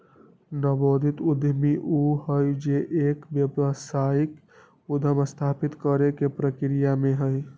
नवोदित उद्यमी ऊ हई जो एक व्यावसायिक उद्यम स्थापित करे के प्रक्रिया में हई